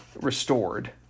restored